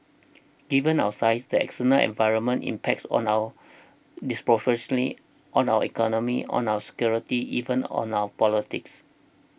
given our size the external environment impacts on our disproportionately on our economy on our security even on our politics